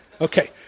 okay